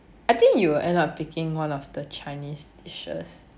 I think you will end up picking one of the chinese dishes